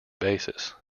basis